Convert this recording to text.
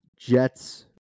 Jets